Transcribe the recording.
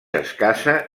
escassa